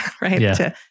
right